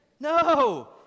No